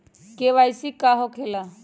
KYC का हो के ला?